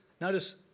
notice